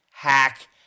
hack